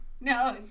No